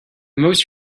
most